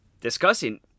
discussing